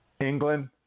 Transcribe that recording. England